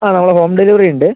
ആ നമ്മള് home delivery ഉണ്ട്